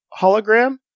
hologram